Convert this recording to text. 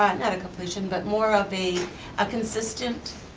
not not a completion, but more of a a consistent